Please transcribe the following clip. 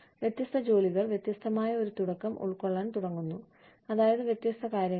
വ്യത്യസ്ത ജോലികൾ വ്യത്യസ്തമായ ഒരു തുടക്കം ഉൾക്കൊള്ളാൻ തുടങ്ങുന്നു അതായത് വ്യത്യസ്ത കാര്യങ്ങൾ